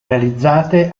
realizzate